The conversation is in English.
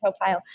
profile